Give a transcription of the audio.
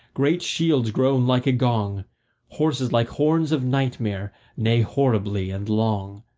great shields groan like a gong horses like horns of nightmare neigh horribly and long.